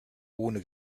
ohne